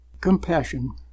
compassion